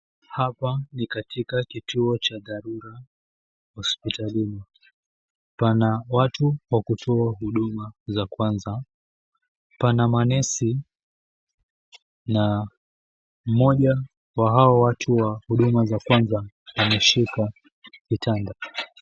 Hapa ni katika kituo cha dharura hospitalini. Pana watu wa kutoa huduma za kwanza. Pana manesi na mmoja wa hao watu wa huduma za kwanza ameshika vitanda.